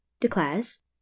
declares